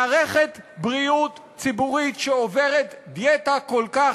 מערכת בריאות ציבורית שעוברת דיאטה כל כך